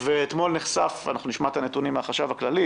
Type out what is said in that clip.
ואתמול נחשף נשמע את הנתונים מן החשב הכללי